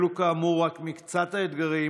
אלו כאמור רק מקצת האתגרים